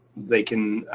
they can